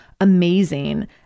amazing